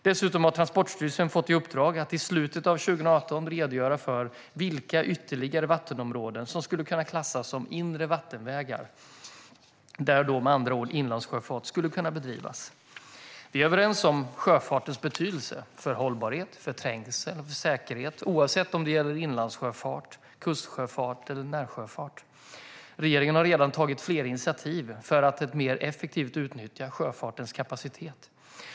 Dessutom har Transportstyrelsen fått i uppdrag att i slutet av 2018 redogöra för vilka ytterligare vattenområden som skulle kunna klassas som inre vattenvägar, där alltså inlandssjöfart kan bedrivas. Vi är överens om sjöfartens betydelse för hållbarhet, trängsel och säkerhet, oavsett om det gäller inlandssjöfart, kustsjöfart eller närsjöfart. Regeringen har redan tagit flera initiativ för att mer effektivt utnyttja sjöfartens kapacitet.